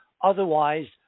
Otherwise